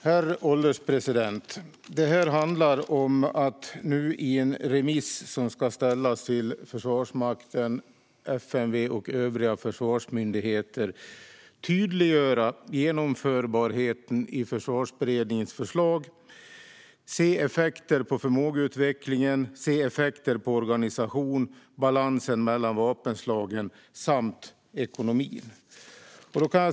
Herr ålderspresident! Det hela handlar om att i en remiss, som ska ställas till Försvarsmakten, FMV och övriga försvarsmyndigheter, tydliggöra genomförbarheten i Försvarsberedningens förslag och se effekterna på förmågeutvecklingen, organisationen, balansen mellan vapenslagen samt ekonomin.